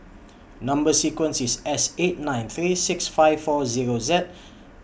Number sequence IS S eight nine three six five four Zero Z